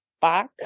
back